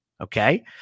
okay